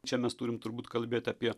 čia mes turim turbūt kalbėt apie